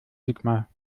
sigmar